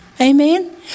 Amen